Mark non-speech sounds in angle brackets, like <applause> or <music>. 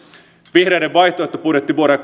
vihreiden vaihtoehtobudjetti vuodelle <unintelligible>